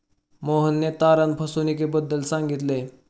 मोहनने तारण फसवणुकीबद्दल सांगितले